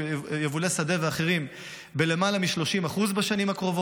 יבולי שדה ואחרים ביותר מ-30% בשנים הקרובות.